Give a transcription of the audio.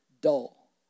dull